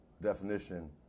definition